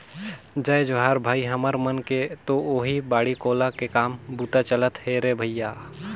जय जोहार भाई, हमर मन के तो ओहीं बाड़ी कोला के काम बूता चलत हे रे भइया